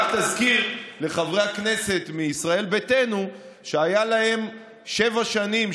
רק תזכיר לחברי הכנסת מישראל ביתנו שהיו להם שבע שנים,